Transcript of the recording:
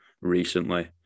recently